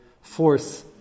force